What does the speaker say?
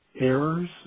errors